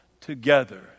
together